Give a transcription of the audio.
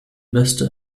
beste